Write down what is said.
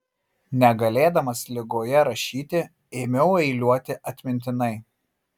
negalėdamas ligoje rašyti ėmiau eiliuoti atmintinai